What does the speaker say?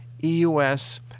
EUS